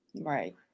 Right